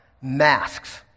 masks